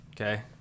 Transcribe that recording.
okay